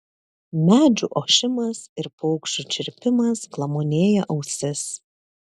medžių ošimas ir paukščių čirpimas glamonėja ausis